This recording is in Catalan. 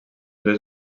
dues